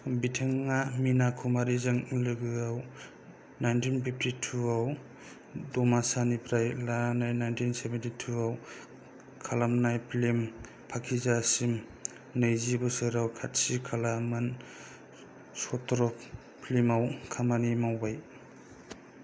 बिथाङा मीना कुमारीजों लोगोआव नाइनटिन फिफ्टीटु आव तमाशानिफ्राय लानानै नाइनटिन सेभेनटिटु आव खालामनाय फिल्म पाकीजासिम नैजि बोसोराव खाथि खाला मोन जिथाम फिल्मा व खामानि मावबाय